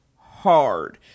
hard